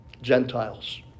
Gentiles